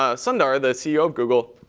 ah sundar, the ceo of google,